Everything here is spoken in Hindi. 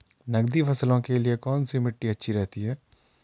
नकदी फसलों के लिए कौन सी मिट्टी अच्छी रहती है?